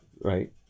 right